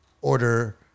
order